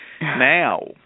now